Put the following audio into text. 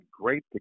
great